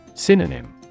Synonym